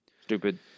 Stupid